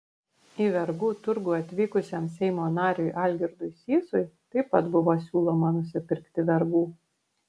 į vergų turgų atvykusiam seimo nariui algirdui sysui taip pat buvo siūloma nusipirkti vergų